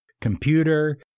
computer